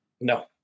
No